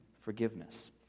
forgiveness